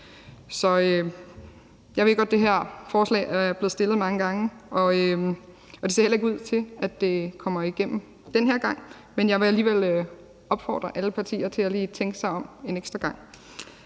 Jeg ved godt, at det her forslag er blevet fremsat mange gange, og det ser heller ikke ud til, at det kommer igennem den her gang, men jeg vil alligevel opfordre alle partier til lige at tænke sig om en ekstra gang.